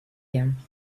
him